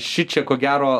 šičia ko gero